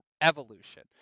evolution